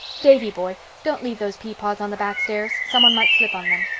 davy-boy, don't leave those peapods on the back stairs. someone might slip on them.